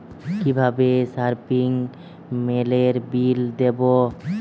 কিভাবে সপিং মলের বিল দেবো?